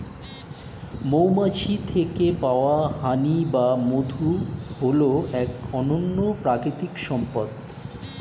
মৌমাছির থেকে পাওয়া হানি বা মধু হল এক অনন্য প্রাকৃতিক সম্পদ